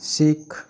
ଶିଖ